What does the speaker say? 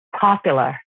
popular